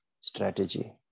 strategy